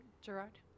Gerard